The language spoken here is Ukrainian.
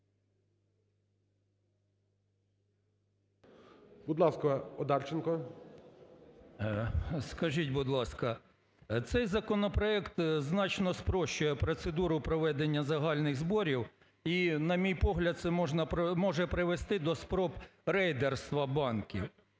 ОДАРЧЕНКО Ю.В. Скажіть, будь ласка, цей законопроект значно спрощує процедуру проведення загальних зборів, і, на мій погляд, це може привести до спроб рейдерства банків.